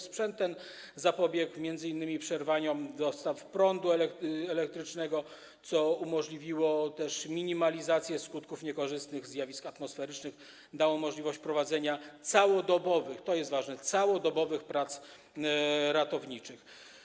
Sprzęt ten zapobiegł m.in. przerwaniom dostaw prądu elektrycznego, co umożliwiło minimalizację skutków niekorzystnych zjawisk atmosferycznych i dało możliwość prowadzenia całodobowych, co jest ważne, prac ratowniczych.